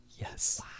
Yes